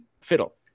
fiddle